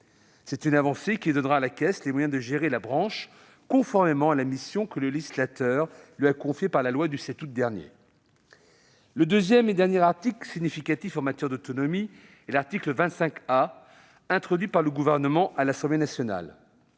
Cette avancée donnera à la caisse les moyens de gérer la branche, conformément à la mission que le législateur lui a confiée, dans la loi du 7 août dernier. Le deuxième et dernier article significatif en matière d'autonomie est l'article 25 A, que le Gouvernement a introduit à l'Assemblée nationale.